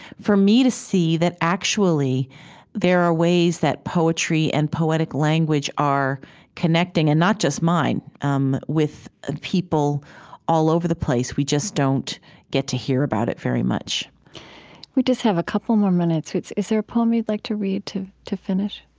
for me to see that actually there are ways that poetry and poetic language are connecting and not just mine um with ah people all over the place. we just don't get to hear about it very much we just have a couple more minutes. is there a poem you'd like to read to to finish?